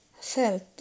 felt